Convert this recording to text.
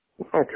Okay